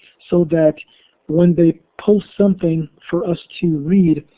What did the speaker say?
so that when they pull something for us to read,